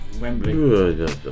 Wembley